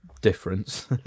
difference